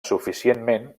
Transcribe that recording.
suficientment